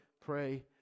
pray